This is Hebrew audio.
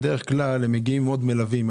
בדרך כלל הם מגיעים עם עוד מלווים,